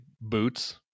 boots